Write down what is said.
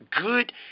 good